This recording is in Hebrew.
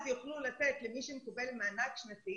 אז יוכלו לתת למי שמקבל מענק שנתי